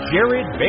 Jared